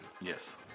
Yes